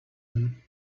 him